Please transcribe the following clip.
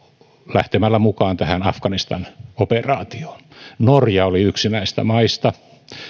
lähtemällä mukaan tähän afganistan operaatioon norja oli yksi näistä maista